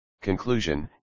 Conclusion